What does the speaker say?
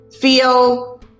feel